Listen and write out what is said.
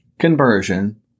conversion